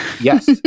yes